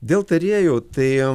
dėl tarėjų tai